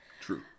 true